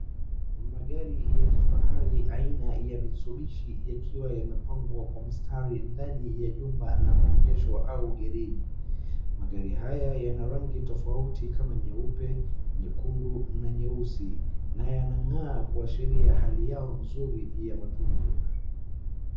Magari ya kifahari aina ya Mistubishi yakiwa yamepangwa kwa mstari ndani ya jumba la maonyesho au gereji. Magari haya yana rangi tofauti kama nyeupe, nyekundu na nyeusi, na yanang'aa kuonyesha hali yao nzuri ya matunzo.